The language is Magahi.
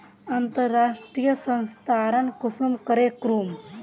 अंतर्राष्टीय स्थानंतरण कुंसम करे करूम?